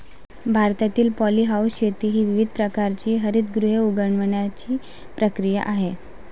भारतातील पॉलीहाऊस शेती ही विविध प्रकारची हरितगृहे उगवण्याची प्रक्रिया आहे